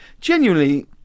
genuinely